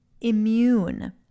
immune